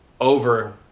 over